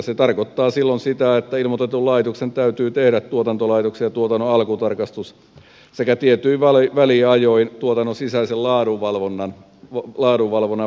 se tarkoittaa silloin sitä että ilmoitetun laitoksen täytyy tehdä tuotannon alkutarkastus sekä tietyin väliajoin tuotannon sisäisen laadunvalvonnan valvontaa